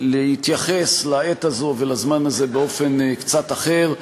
להתייחס לעת הזו ולזמן הזה באופן קצת אחר,